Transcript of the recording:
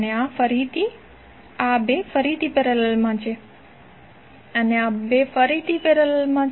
આ 2 ફરીથી પેરેલલમાં છે અને આ 2 ફરીથી પેરેલલ છે